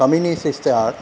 community star